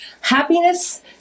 Happiness